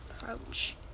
approach